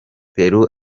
peru